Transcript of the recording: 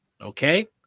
Okay